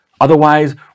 Otherwise